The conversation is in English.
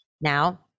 Now